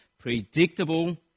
predictable